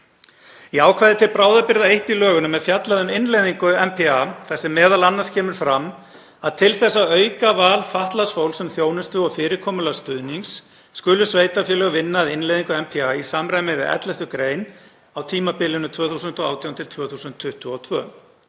Í ákvæði til bráðabirgða I í lögunum er fjallað um innleiðingu NPA þar sem meðal annars kemur fram að til þess að auka val fatlaðs fólks um þjónustu og fyrirkomulag stuðnings skulu sveitarfélög vinna að innleiðingu NPA í samræmi við 11. gr. á tímabilinu 2018–2022.